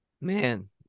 man